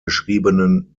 geschriebenen